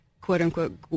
quote-unquote